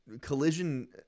Collision